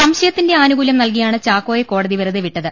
സംശയത്തിന്റെ ആനുകൂല്യം നൽകിയാണ് ചാക്കോയെ കോടതി വെറുതെവിട്ടത്